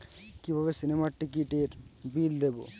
কিভাবে সিনেমার টিকিটের বিল দেবো?